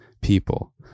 people